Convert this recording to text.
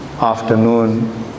afternoon